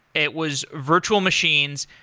it was virtual machines.